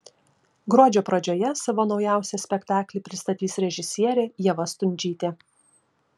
gruodžio pradžioje savo naujausią spektaklį pristatys režisierė ieva stundžytė